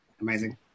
Amazing